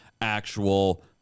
actual